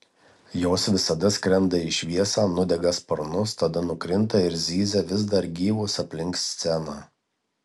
jos visada skrenda į šviesą nudega sparnus tada nukrinta ir zyzia vis dar gyvos aplink sceną